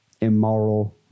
immoral